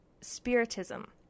spiritism